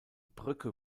brücke